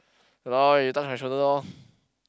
!walao eh! you touch my shoulder lor